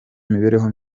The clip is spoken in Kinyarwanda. imibereho